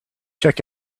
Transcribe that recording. check